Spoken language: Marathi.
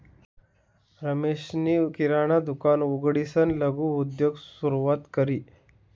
रमेशनी किराणा दुकान उघडीसन लघु उद्योगनी सुरुवात करी